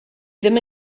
ddim